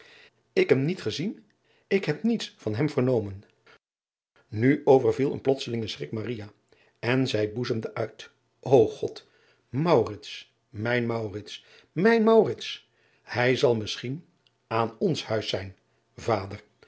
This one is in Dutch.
ik hem niet gezien ik heb niets van hem vernomen u overviel een plotselinge schrik en zij boezemde uit o od mijn mijn ij zal misschien aan ons huis zijn ader